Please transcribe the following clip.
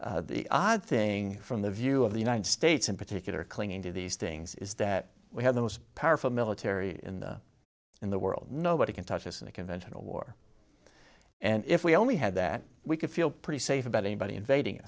necessary the odd thing from the view of the united states in particular clinging to these things is that we have the most powerful military in the in the world nobody can touch us in a conventional war and if we only had that we could feel pretty safe about anybody invading